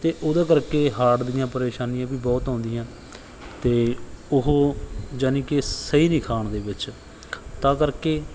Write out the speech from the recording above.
ਅਤੇ ਉਹਦਾ ਕਰਕੇ ਹਾਰਟ ਦੀਆਂ ਪਰੇਸ਼ਾਨੀਆਂ ਵੀ ਬਹੁਤ ਆਉਂਦੀਆਂ ਅਤੇ ਉਹ ਜਾਨੀ ਕਿ ਸਹੀ ਨਹੀਂ ਖਾਣ ਦੇ ਵਿੱਚ ਤਾਂ ਕਰਕੇ